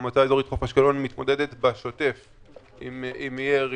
המועצה האזורית חוף אשקלון מתמודדת בשוטף עם ירי.